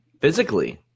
physically